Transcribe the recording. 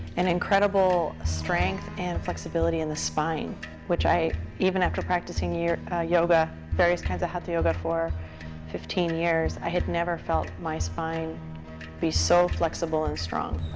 an incredible strength and flexibility in the spine which i even after practicing ah yoga, various kinds of hatha yoga for fifteen years, i had never felt my spine be so flexible and strong.